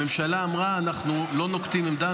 הממשלה אמרה: אנחנו לא נוקטים עמדה,